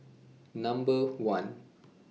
Number one